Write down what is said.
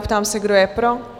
Ptám se, kdo je pro?